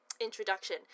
introduction